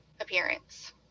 appearance